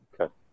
Okay